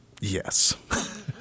Yes